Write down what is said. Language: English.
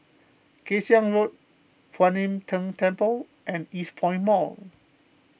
Kay Siang Road Kuan Im Tng Temple and Eastpoint Mall